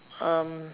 um